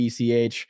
ECH